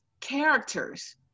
characters